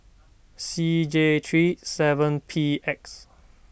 C J three seven P X